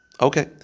Okay